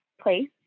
place